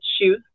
shoes